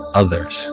others